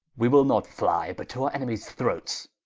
we will not flye, but to our enemies throats.